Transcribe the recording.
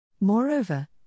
Moreover